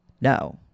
no